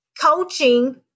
coaching